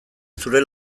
zure